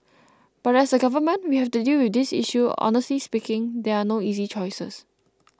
but as a government we have to deal with this issue honestly speaking there are no easy choices